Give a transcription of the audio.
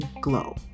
Glow